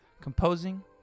composing